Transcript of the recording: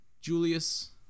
Julius